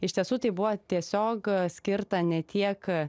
iš tiesų tai buvo tiesiog skirta ne tiek